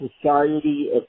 Society